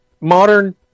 Modern